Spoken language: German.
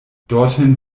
dorthin